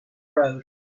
road